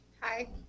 Hi